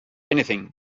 anything